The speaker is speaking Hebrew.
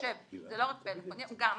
זה לא רק פלאפון, הוא גם מחשב,